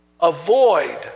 avoid